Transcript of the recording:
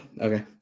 Okay